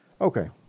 Okay